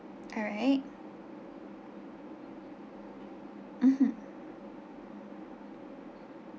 alright mmhmm